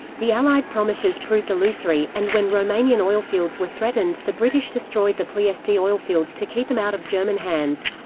the allied promises proved illusory, and when romanian oilfields were threatened, the british destroyed the ploiesti oilfields to keep them out of german hands.